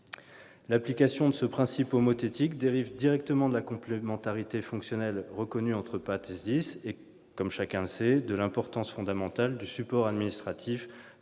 L'application de ce principe homothétique dérive directement de la complémentarité fonctionnelle reconnue entre PATS et SDIS, et, comme chacun le sait, de l'importance fondamentale du support administratif